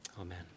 Amen